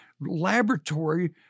laboratory